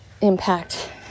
impact